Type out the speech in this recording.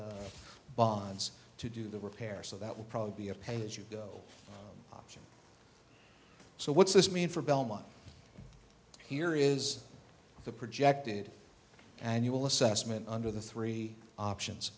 t bonds to do the repair so that will probably be a pay as you go so what's this mean for belmont here is the projected annual assessment under the three options